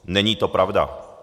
Není to pravda.